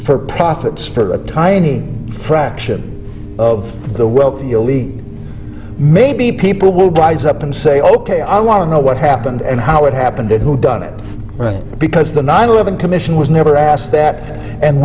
for profits for a tiny fraction of the wealthy elite maybe people will buys up and say ok i want to know what happened and how it happened and who done it right because the nine eleven commission was never asked that and